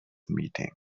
meeting